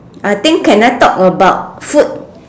I think can I talk about food